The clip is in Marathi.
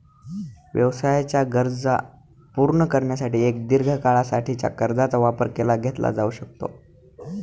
व्यवसायाच्या गरजा पूर्ण करण्यासाठी एक दीर्घ काळा साठीच्या कर्जाचा वापर केला घेतला जाऊ शकतो